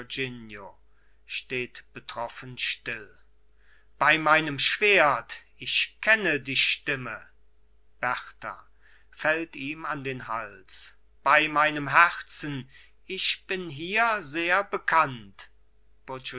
steht betroffen still bei meinem schwert ich kenne die stimme berta fällt ihm an den hals bei meinem herzen ich bin hier sehr bekannt